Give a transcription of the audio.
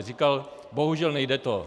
Říkal bohužel, nejde to.